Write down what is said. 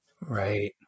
right